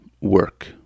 work